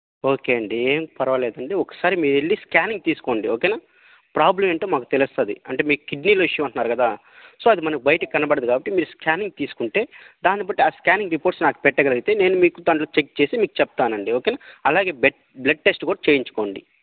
okay అండి ఏమి పర్వాలేదండి ఒకసారి మీరెళ్ళి స్కానింగ్ తీసుకోండి ఓకేనా ప్రాబ్లమ్ ఏంటో మాకు తెలుస్తుంది అంటే మీకు కిడ్నీలో ఇష్యూ అంటున్నారు కదా సో అది మనకు బయటికి కనబడదు కాబట్టి మీరు స్కానింగ్ తీసుకుంటే దాన్నిబట్టి ఆ స్కానింగ్ రిపోర్ట్స్ నాకు పెట్టగలిగితే నేను మీకు దానిలో చెక్ చేసి మీకు చెప్తానండి ఓకేనా అలాగే బెడ్ బ్లడ్ టెస్ట్ కూడా చెయ్యించుకోండి